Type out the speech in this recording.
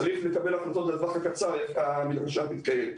צריך לקבל החלטות לטווח הקצר לאיך שהמדרשה תתקיים.